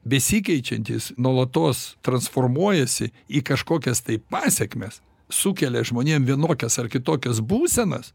besikeičiantys nuolatos transformuojasi į kažkokias tai pasekmes sukelia žmonėm vienokias ar kitokias būsenas